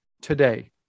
today